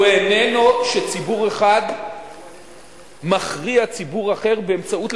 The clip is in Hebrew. הוא איננו שציבור אחד מכריע ציבור אחר באמצעות,